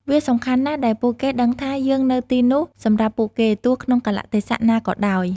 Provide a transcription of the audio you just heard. វាសំខាន់ណាស់ដែលពួកគេដឹងថាយើងនៅទីនោះសម្រាប់ពួកគេ ទោះក្នុងកាលៈទេសៈណាក៏ដោយ។